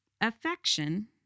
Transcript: affection